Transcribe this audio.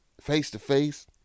face-to-face